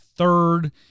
third